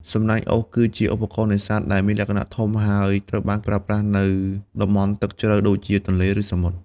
សំណាញ់អូស គឺជាឧបករណ៍នេសាទដែលមានលក្ខណៈធំ ហើយត្រូវបានប្រើប្រាស់នៅតំបន់ទឹកជ្រៅដូចជាទន្លេ ឬសមុទ្រ។